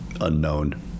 unknown